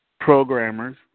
programmers